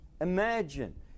imagine